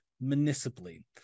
municipally